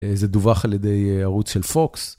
זה דווח על ידי ערוץ של פוקס.